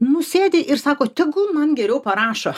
nu sėdi ir sako tegul man geriau parašo